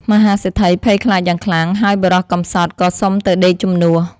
មហាសេដ្ឋីភ័យខ្លាចយ៉ាងខ្លាំង ហើយបុរសកំសត់ក៏សុំទៅដេកជំនួស។